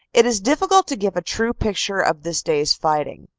it is difficult to give a true picture of this day's fighting.